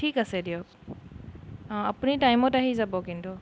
ঠিক আছে দিয়ক অঁ আপুনি টাইমত আহি যাব কিন্তু